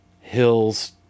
hills